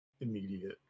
immediate